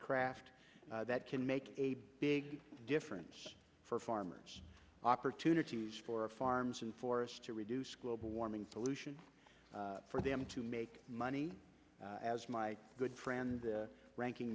craft that can make a big difference for farmers opportunities for farms and forests to reduce global warming pollution for them to make money as my good friend the ranking